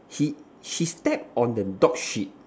he she step on the dog shit